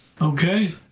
Okay